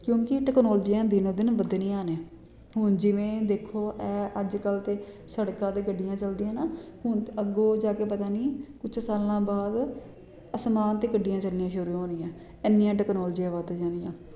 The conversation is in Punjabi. ਕਿਉਂਕਿ ਟੈਕਨੋਲਜੀਆਂ ਦਿਨੋਂ ਦਿਨ ਵੱਧਣੀਆਂ ਨੇ ਹੁਣ ਜਿਵੇਂ ਦੇਖੋ ਐਹ ਅੱਜ ਕੱਲ੍ਹ ਤਾਂ ਸੜਕਾਂ 'ਤੇ ਗੱਡੀਆਂ ਚੱਲਦੀਆਂ ਨਾ ਹੁਣ ਅੱਗੋਂ ਜਾ ਕੇ ਪਤਾ ਨਹੀਂ ਕੁਛ ਸਾਲਾਂ ਬਾਅਦ ਅਸਮਾਨ 'ਤੇ ਗੱਡੀਆਂ ਚੱਲਣੀਆਂ ਸ਼ੁਰੂ ਹੋਣੀਆਂ ਇੰਨੀਆਂ ਟੈਕਨੋਲਜੀਆਂ ਵੱਧ ਜਾਣੀਆਂ